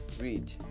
read